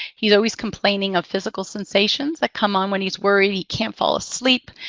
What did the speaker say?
he's always complaining of physical sensations that come on when he's worried. he can't fall asleep.